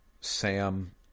Sam